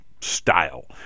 style